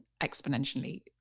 exponentially